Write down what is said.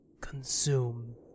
consume